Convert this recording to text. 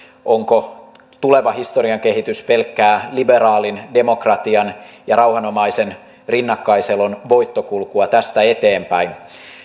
onko tuleva historian kehitys pelkkää liberaalin demokratian ja rauhanomaisen rinnakkaiselon voittokulkua tästä eteenpäin